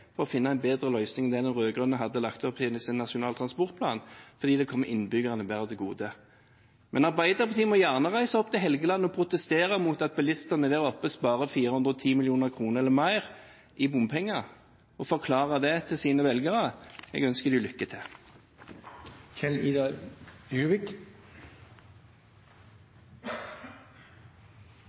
for å finne en bedre løsning enn det den rød-grønne hadde lagt opp til i sin nasjonale transportplan, fordi det kommer innbyggerne mer til gode. Men Arbeiderpartiet må gjerne reise opp til Helgeland og protestere mot at bilistene der oppe sparer 410 mill. kr eller mer i bompenger, og forklare det til sine velgere. Jeg ønsker dem lykke til.